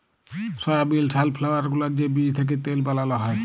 সয়াবিল, safflower গুলার যে বীজ থ্যাকে তেল বালাল হ্যয়